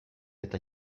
eta